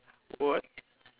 what